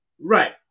Right